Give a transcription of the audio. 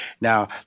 Now